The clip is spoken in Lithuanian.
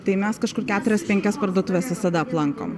tai mes kažkur keturias penkias parduotuves visada aplankom